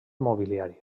mobiliari